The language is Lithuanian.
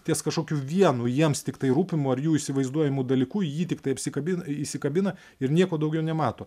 ties kažkokiu vienu jiems tiktai rūpimu ar jų įsivaizduojamu dalyku jį tiktai apsikabina įsikabina ir nieko daugiau nemato